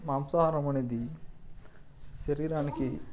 మాంసాహారం అనేది శరీరానికి